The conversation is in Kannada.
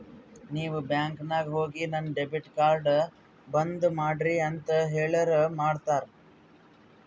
ನೀವ್ ಬ್ಯಾಂಕ್ ನಾಗ್ ಹೋಗಿ ನನ್ ಡೆಬಿಟ್ ಕಾರ್ಡ್ ಬಂದ್ ಮಾಡ್ರಿ ಅಂತ್ ಹೇಳುರ್ ಮಾಡ್ತಾರ